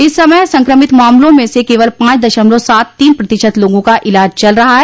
इस समय संक्रमित मामलों में से केवल पांच दशमलव सात तीन प्रतिशत लोगों का इलाज चल रहा है